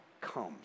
comes